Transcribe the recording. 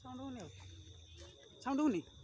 sound ହଉନି ଆଉ sound ହଉନି